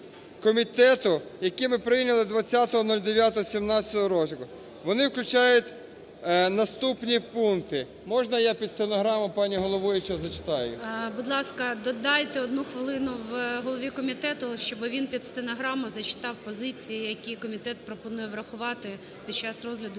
комітету, які ми прийняли 20.09.17 року. Вони включають наступній пункти. Можна я під стенограму, пані головуюча, зачитаю? ГОЛОВУЮЧИЙ. Будь ласка, додайте одну хвилину голові комітету, щоби він під стенограму зачитав позиції, які комітет пропонує врахувати під час розгляду